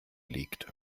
liegt